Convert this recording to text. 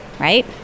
Right